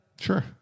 Sure